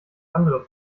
andere